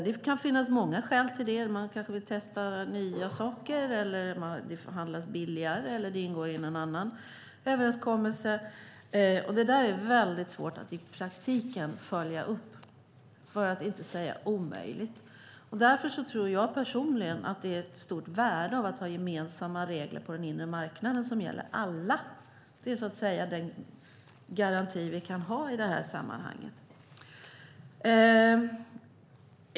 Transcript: Det kan finnas många skäl till det. Man kan vilja testa nya saker, det handlas billigare eller ingår i någon annan överenskommelse. Det är svårt att i praktiken följa upp, för att inte säga omöjligt. Därför finns ett stort värde i att ha gemensamma regler på den inre marknaden som gäller alla. Det är den garanti vi kan ha i sammanhanget.